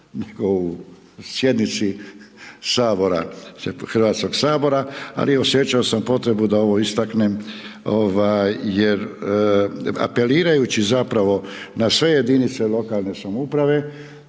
nego u sjednici Sabora, Hrvatskog sabora, ali osjećao sam potrebu da ovo istaknem, ovaj, jer apelirajući zapravo na sve jedinice lokalne samouprave